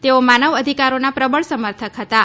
તેઓ માનવઅધિકારોનાં પ્રબળ સમર્થક હતાં